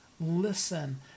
listen